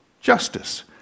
justice